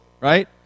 right